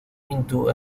into